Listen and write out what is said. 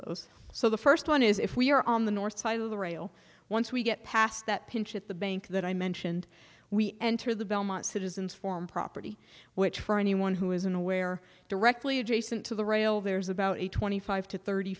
those so the first one is if we are on the north side of the rail once we get past that pinch at the bank that i mentioned we enter the belmont citizens form property which for anyone who isn't aware directly adjacent to the rail there's about a twenty five to thirty